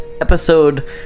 episode